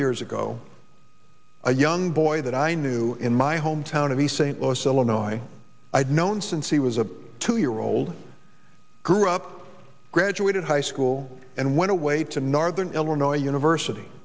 years ago a young boy that i knew in my hometown of the st louis illinois i'd known since he was a two year old grew up graduated high school and went away to northern illinois university